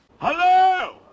Hello